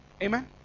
Amen